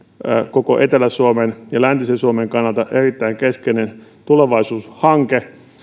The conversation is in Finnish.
koko etelä suomen ja läntisen suomen kannalta erittäin keskeinen tulevaisuushanke